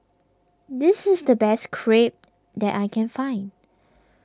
this is the best Crepe that I can find